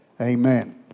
Amen